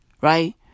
Right